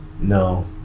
No